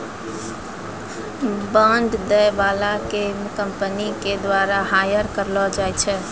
bond दै बाला के कंपनी के द्वारा हायर करलो जाय छै